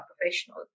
professional